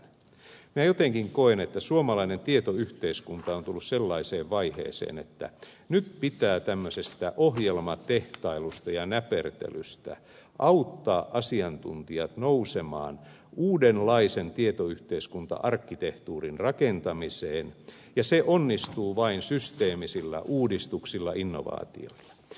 minä jotenkin koen että suomalainen tietoyhteiskunta on tullut sellaiseen vaiheeseen että nyt pitää tämmöisestä ohjelmatehtailusta ja näpertelystä auttaa asiantuntijat nousemaan uudenlaisen tietoyhteiskunta arkkitehtuurin rakentamiseen ja se onnistuu vain systeemisillä uudistuksilla innovaatioilla